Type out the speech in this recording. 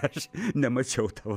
aš nemačiau tavo